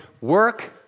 work